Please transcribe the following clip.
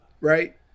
right